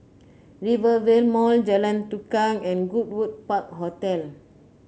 Rivervale Mall Jalan Tukang and Goodwood Park Hotel